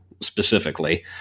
specifically